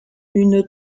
une